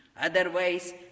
otherwise